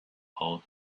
out